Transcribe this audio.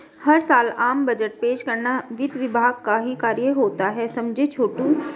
हर साल आम बजट पेश करना वित्त विभाग का ही कार्य होता है समझे छोटू